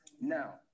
Now